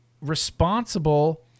responsible